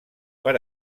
per